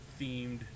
themed